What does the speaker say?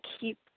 keep